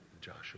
Joshua